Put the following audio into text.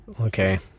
Okay